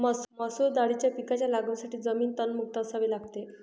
मसूर दाळीच्या पिकाच्या लागवडीसाठी जमीन तणमुक्त असावी लागते